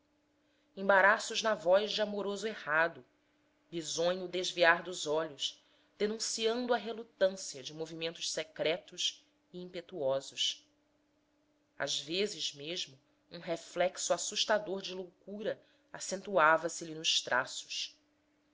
embaraços na voz de amoroso errado bisonho desviar dos olhos denunciando a relutância de movimentos secretos e impetuosos às vezes mesmo um reflexo assustador de loucura acentuava se lhe nos traços